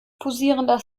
posierender